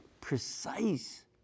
precise